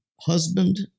husband